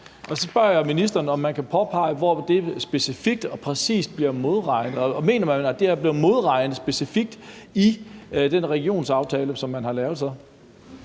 og så spørger jeg ministeren, om man kan pege på, hvor det specifikt og præcist bliver modregnet. Mener man, at det her bliver modregnet specifikt i den regionsaftale, som man har lavet?